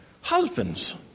husbands